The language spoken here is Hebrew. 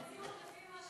זה פשוט לא ייאמן,